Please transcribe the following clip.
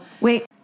wait